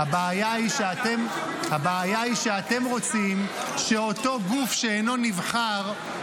הבעיה היא שאתם רוצים שאותו גוף שאינו נבחר,